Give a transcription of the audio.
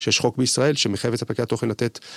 שיש חוק בישראל שמחייב את ספקי התוכן לתת.